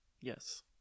Yes